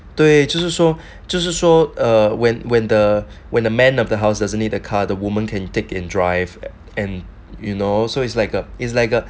对就是说就是说 err when when the when the man of the house doesn't need a car the woman can take in drive and you know so it's like a it's like a